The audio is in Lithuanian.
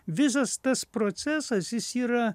visas tas procesas jis yra